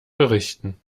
berichten